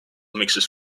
mixes